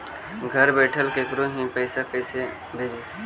घर बैठल केकरो ही पैसा कैसे भेजबइ?